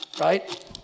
right